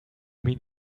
mean